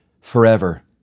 forever